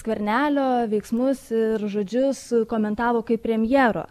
skvernelio veiksmus ir žodžius komentavo kaip premjero